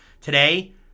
Today